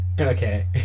Okay